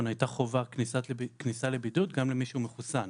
הייתה חובת כניסה לבידוד גם למי שמחוסן,